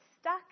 stuck